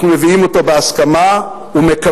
אנחנו מביאים אותו בהסכמה ומקווים